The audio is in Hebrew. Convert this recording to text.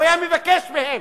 הוא היה מבקש מהם,